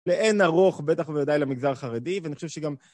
לאין ארוך, בטח ובוודאי למגזר החרדי, ואני חושב שגם...